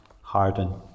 harden